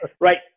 Right